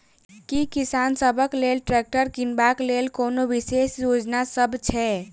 की किसान सबहक लेल ट्रैक्टर किनबाक लेल कोनो विशेष योजना सब छै?